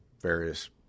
various